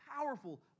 powerful